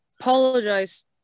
apologize